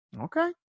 Okay